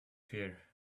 here